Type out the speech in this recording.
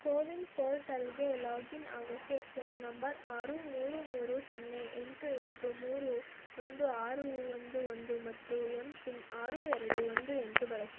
ಕೋವಿನ್ ಪೋರ್ಟಲ್ಗೆ ಲಾಗಿನ್ ಆಗೋಕ್ಕೆ phone number ಆರು ಮೂರು ಮೂರು ಸೊನ್ನೆ ಎಂಟು ಎಂಟು ಮೂರು ಒಂದು ಆರು ಒಂದು ಒಂದು ಮತ್ತು ಎಮ್ ಪಿನ್ ಆರು ಎರಡು ಒಂದು ಎಂಟು ಬಳಸು